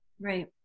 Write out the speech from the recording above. Right